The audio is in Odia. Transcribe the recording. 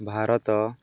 ଭାରତ